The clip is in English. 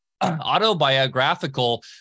autobiographical